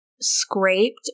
scraped